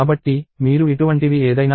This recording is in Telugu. కాబట్టి మీరు ఇటువంటివి ఏదైనా చేయవచ్చు